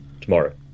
tomorrow